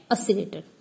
Oscillator